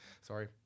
Sorry